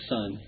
Son